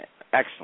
excellent